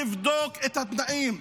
לבדוק את התנאים.